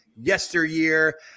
yesteryear